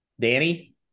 Danny